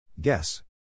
Guess